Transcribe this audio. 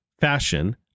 fashion